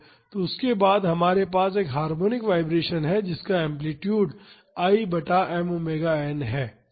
तो उसके बाद हमारे पास एक हार्मोनिक वाईब्रेशन है जिसका एम्पलीटूड I बटा m ओमेगा n है